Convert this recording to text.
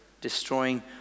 destroying